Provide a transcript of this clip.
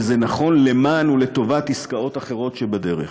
וזה נכון למען ולטובת עסקאות אחרות שבדרך.